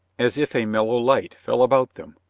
as if a mellow light fell about them,